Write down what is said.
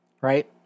Right